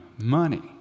money